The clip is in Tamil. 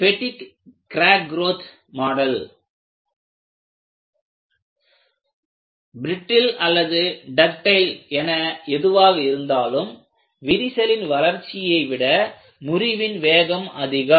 பெடிக் கிராக் குரோத் மாடல் பிரிட்டில் அல்லது டக்டைல் என எதுவாக இருந்தாலும் விரிசலின் வளர்ச்சியைவிட முறிவின் வேகம் அதிகம்